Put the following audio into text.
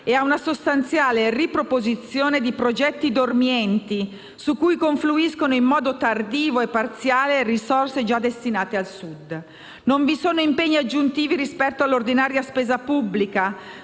e a una sostanziale riproposizione di progetti dormienti, su cui confluiscono in modo tardivo e parziale risorse già destinate al Sud. Non vi sono impegni aggiuntivi rispetto all'ordinaria spesa pubblica